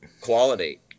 quality